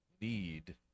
need